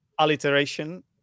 Alliteration